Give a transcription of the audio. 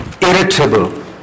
irritable